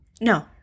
No